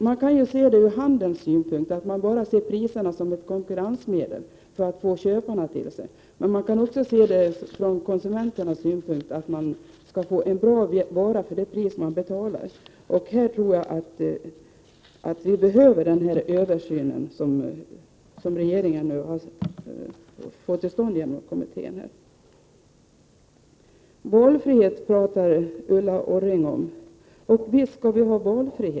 Man kan se det ur handelns synpunkt, att priserna bara är ett konkurrensmedel för att locka köpare till sig. Men man kan också se det ur konsumenternas synpunkt, nämligen att få en bra vara för det pris man betalar. Jag tror att den översyn som regeringen har fått till stånd genom kommittén i fråga är nödvändig. Ulla Orring talar om valfrihet, och visst skall vi ha en sådan.